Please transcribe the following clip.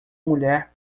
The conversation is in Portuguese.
mulher